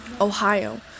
Ohio